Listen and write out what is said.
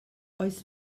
oes